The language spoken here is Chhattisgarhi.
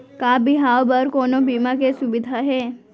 का बिहाव बर कोनो बीमा के सुविधा हे?